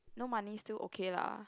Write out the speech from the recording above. no money still okay lah